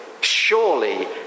surely